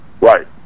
Right